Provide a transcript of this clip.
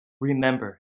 Remember